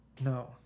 No